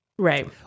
Right